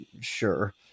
sure